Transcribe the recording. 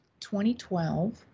2012